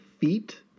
feet